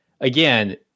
Again